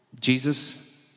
Jesus